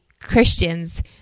Christians